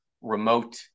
remote